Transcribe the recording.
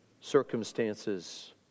circumstances